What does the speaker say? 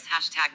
hashtag